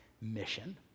mission